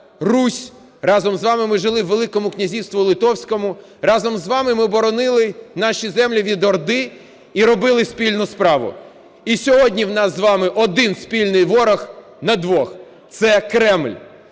Русь, разом з вами ми жили у великому князівстві Литовському. Разом з вами ми боронили наші землі від орди і робили спільну справу. І сьогодні у нас з вами один спільний ворог на двох – це Кремль.